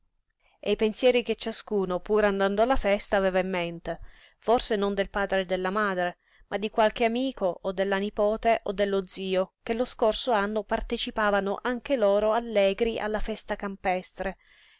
e i pensieri che ciascuno pur andando alla festa aveva in mente forse non del padre o della madre ma di qualche amico o della nipote o dello zio che lo scorso anno partecipavano anche loro allegri alla festa campestre